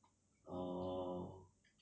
orh